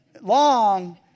long